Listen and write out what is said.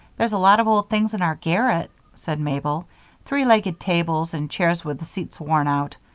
there's a lot of old things in our garret, said mabel three-legged tables, and chairs with the seats worn out.